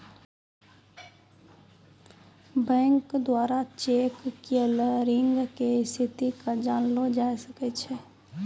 bank द्वारा cheque clearing के स्थिति के जानलो जाय सकै छै